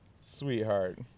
Sweetheart